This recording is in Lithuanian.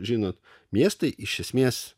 žinot miestai iš esmės